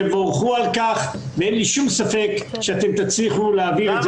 תבורכו על כך ואין לי שום ספק שאתם תצליחו להעביר את זה בכנסת.